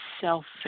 selfish